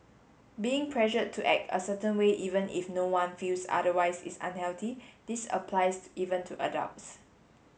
being pressured to act a certain way even if no one feels otherwise is unhealthy this applies even to adults